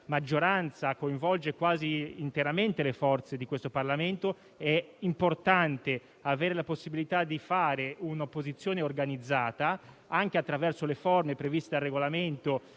maggioranza coinvolge quasi interamente le forze del Parlamento, di avere la possibilità di fare un'opposizione organizzata, anche attraverso le forme indicate dal Regolamento,